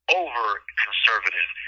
over-conservative